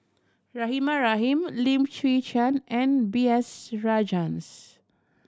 Rahimah Rahim Lim Chwee Chian and B S Rajhans